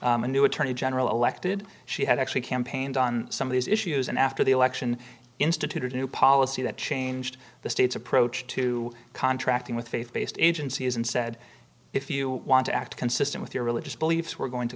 a new attorney general elected she had actually campaigned on some of these issues and after the election instituted a new policy that changed the state's approach to contracting with faith based agencies and said if you want to act consistent with your religious beliefs we're going to